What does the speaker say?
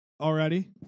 already